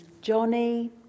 Johnny